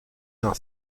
d’un